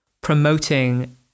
promoting